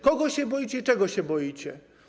Kogo się boicie i czego się boicie?